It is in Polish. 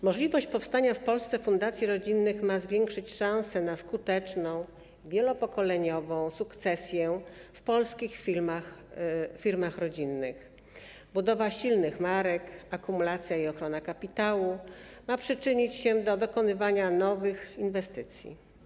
Możliwość powstawania w Polsce fundacji rodzinnych ma zwiększyć szanse na skuteczną, wielopokoleniową sukcesję w polskich firmach rodzinnych, budowę silnych marek, akumulację i ochronę kapitału, ma przyczynić się do dokonywania nowych inwestycji.